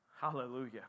Hallelujah